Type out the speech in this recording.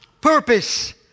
purpose